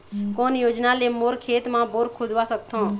कोन योजना ले मोर खेत मा बोर खुदवा सकथों?